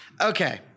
Okay